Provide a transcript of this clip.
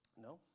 No